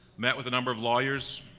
met with a number of lawyers,